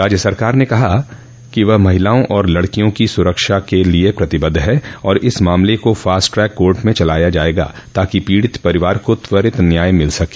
राज्य सरकार ने कहा ह कि वह महिलाओं और लड़कियों की सुरक्षा के लिए प्रतिबद्ध है और इस मामले को फास्ट ट्रैक कोर्ट में चलाया जायेगा ताकि पीड़ित परिवार को त्वरित न्याय मिल सके